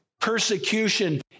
persecution